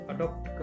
Adopt